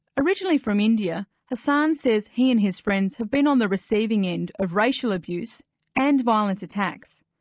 originally from india, hassan says he and his friends have been on the receiving end of racial abuse and violent attacks.